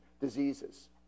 diseases